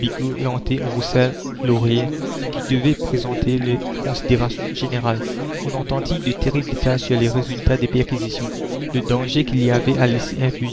qui devait présenter les considérations générales on entendit de terribles détails sur les résultats des perquisitions le danger qu'il y avait à laisser